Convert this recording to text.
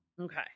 Okay